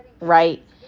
right